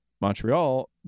Montreal